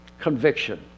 conviction